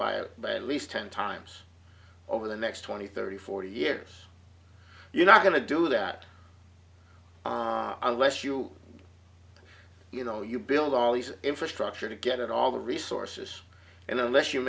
by at least ten times over the next twenty thirty forty years you're not going to do that unless you you know you build all these infrastructure to get all the resources and unless you